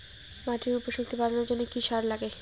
মাটির উর্বর শক্তি বাড়ানোর জন্য কি কি সার লাগে?